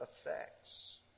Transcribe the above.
effects